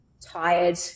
tired